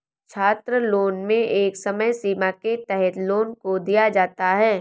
छात्रलोन में एक समय सीमा के तहत लोन को दिया जाता है